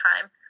time